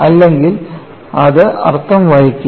അല്ലെങ്കിൽ അത് അർത്ഥം വഹിക്കില്ല